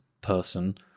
person